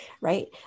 right